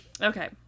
Okay